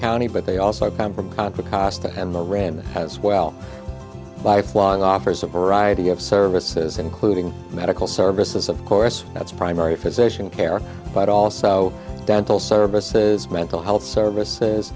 county but they also come from contra costa and the rand as well by flying offers a variety of services including medical services of course that's primary physician care but also dental services mental health services